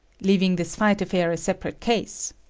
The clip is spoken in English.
leaving this fight affair a separate case?